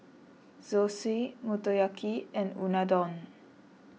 Zosui Motoyaki and Unadon